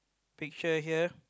picture here